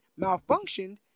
malfunctioned